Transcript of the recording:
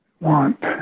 want